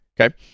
okay